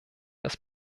das